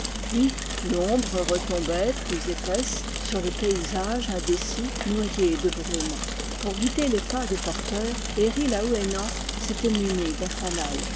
puis l'ombre retombait plus épaisse sur le paysage indécis noyé de brume pour guider les pas des porteurs herri laouénan s'était muni d'un fanal